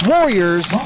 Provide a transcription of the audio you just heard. Warriors